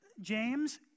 James